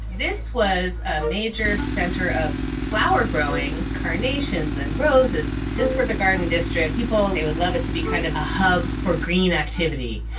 this was a major center of flower growing carnations and roses. since we're the garden district, people they would love it to be kind of a hub for green activity,